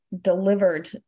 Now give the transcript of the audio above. delivered